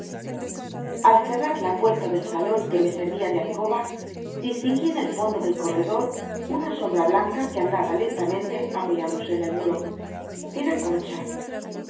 al cerrar la puerta del salón que me ser vía de alcoba distinguí en el fondo del co rredor una sombra blanca que andaba len tamente apoyándose en el muro era concha